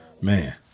Man